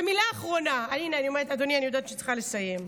ומילה אחרונה, אדוני, אני יודעת שאני צריכה לסיים: